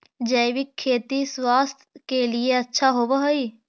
जैविक खेती स्वास्थ्य के लिए अच्छा होवऽ हई